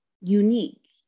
unique